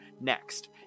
Next